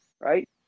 right